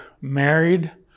married